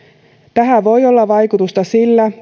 tähän voi olla vaikutusta sillä